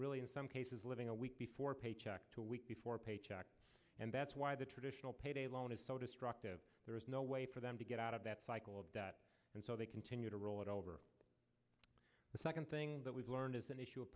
really in some cases living a week before paycheck to a week before a paycheck and that's why the traditional payday loan is so destructive there is no way for them to get out of that cycle of debt and so they continue to roll it over the second thing that we've learned is an issue of